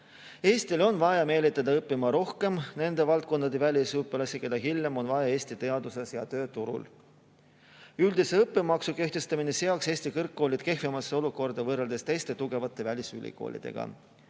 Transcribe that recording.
Eestil on vaja meelitada õppima rohkem nende valdkondade välisüliõpilasi, keda hiljem on vaja Eesti teaduses ja tööturul. Üldise õppemaksu kehtestamine seaks Eesti kõrgkoolid kehvemasse olukorda võrreldes tugevate välisülikoolidega.